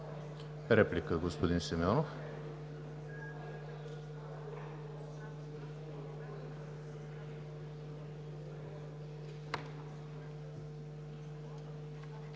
реплика, господин Симеонов.